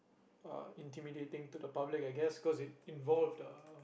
uh intimidating to the public I guess cause it involved uh